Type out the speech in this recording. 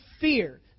fear